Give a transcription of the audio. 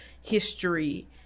history